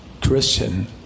christian